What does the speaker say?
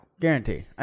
Guarantee